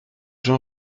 jean